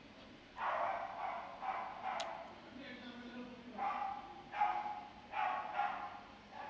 uh I